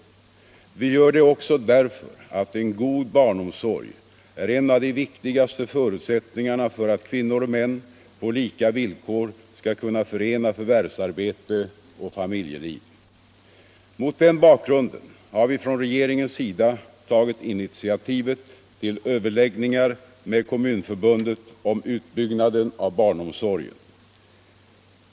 Vi gör det också därför att en god barnomsorg är en av de viktigaste förutsättningarna för att kvinnor och män på lika villkor skall kunna förena förvärvsarbete och familjeliv. Mot den bakgrunden har vi från regeringens sida tagit initiativet till överläggningar med Kommunförbundet om utbyggnaden av barnomsorgen.